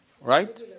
right